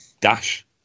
Dash